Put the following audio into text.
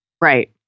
Right